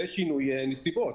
זה שינוי נסיבות.